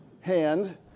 hand